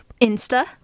Insta